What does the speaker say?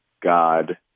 god